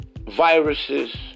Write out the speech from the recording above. viruses